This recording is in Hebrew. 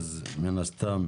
אז מן הסתם,